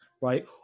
right